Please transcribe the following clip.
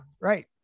right